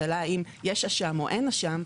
בשאלה האם יש אשם או אין אשם,